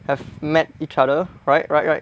have met each other right right right